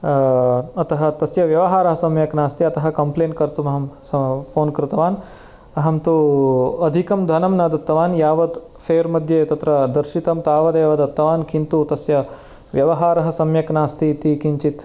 अतः तस्य व्यवहारः सम्यक् नास्ति अतः कम्प्लेन् कर्तुम् अहं स फ़ोन् कृतवान् अहं तु अधिकं धनं न दत्तवान् यावत् फ़ेर् मध्ये तत्र दर्शितं तावदेव दत्तवान् किन्तु तस्य व्यवहारः सम्यक् नास्ति इति किञ्चित्